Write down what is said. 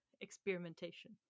experimentation